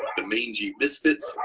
but the mangy misfits,